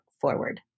forward